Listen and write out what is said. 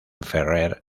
ferrer